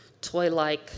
toy-like